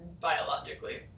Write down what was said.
biologically